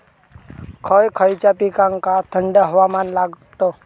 खय खयच्या पिकांका थंड हवामान लागतं?